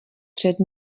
před